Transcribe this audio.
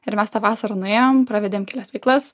ir mes tą vasarą nuėjom pravedėm kelias veiklas